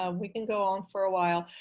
um we can go on for a while.